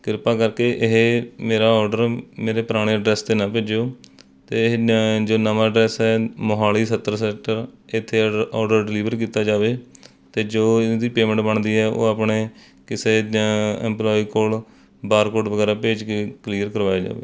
ਕਿਰਪਾ ਕਰਕੇ ਇਹ ਮੇਰਾ ਔਡਰ ਮੇਰੇ ਪੁਰਾਣੇ ਐਡਰੈਸ 'ਤੇ ਨਾ ਭੇਜਿਓ ਅਤੇ ਨ ਜੋ ਨਵਾਂ ਡਰੈਸ ਹੈ ਮੋਹਾਲੀ ਸੱਤਰ ਸੈਕਟਰ ਇੱਥੇ ਔਡਰ ਔਡਰ ਡਿਲੀਵਰ ਕੀਤਾ ਜਾਵੇ ਅਤੇ ਜੋ ਇਸ ਦੀ ਪੇਮੈਂਟ ਬਣਦੀ ਹੈ ਉਹ ਆਪਣੇ ਕਿਸੇ ਇੰਪਲਾਈ ਕੋਲ ਬਾਰਕੋਡ ਵਗੈਰਾ ਭੇਜ ਕੇ ਕਲੀਅਰ ਕਰਵਾਇਆ ਜਾਵੇ